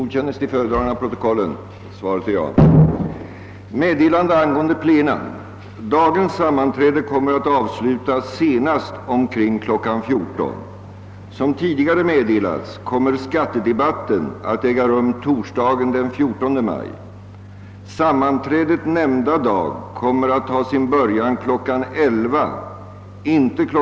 Dagens sammanträde kommer att avslutas senast omkring kl. 14.00. Såsom tidigare meddelats kommer skattedebatten att äga rum torsdagen den 14 maj. Sammanträdet nämnda dag kommer att ta sin början kl. 11.00, inte kl.